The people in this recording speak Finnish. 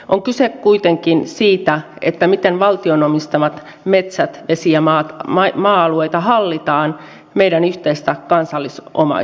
on kyse kuitenkin siitä miten valtion omistamia metsä vesi ja maa alueita hallitaan meidän yhteistä kansallisomaisuuttamme